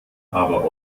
aber